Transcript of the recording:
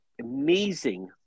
amazing